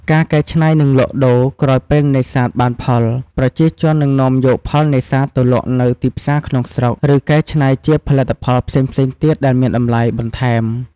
ការកែច្នៃ និងលក់ដូរ ក្រោយពេលនេសាទបានផល ប្រជាជននឹងនាំយកផលនេសាទទៅលក់នៅ ទីផ្សារក្នុងស្រុក ឬកែច្នៃជាផលិតផលផ្សេងៗទៀតដែលមានតម្លៃបន្ថែម។